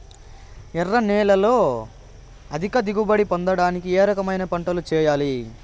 ఎర్ర నేలలో అధిక దిగుబడి పొందడానికి ఏ రకమైన పంటలు చేయాలి?